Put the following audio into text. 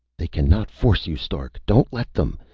they cannot force you, stark. don't let them.